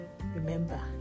remember